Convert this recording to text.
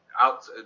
out